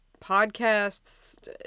podcasts